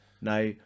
now